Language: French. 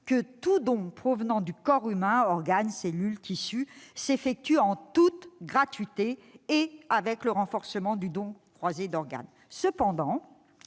que tout don provenant du corps humain- organes, cellules, tissus -s'effectue en toute gratuité. De surcroît, le don croisé d'organes